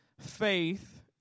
Faith